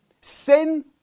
sin